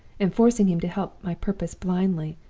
and forcing him to help my purpose blindly,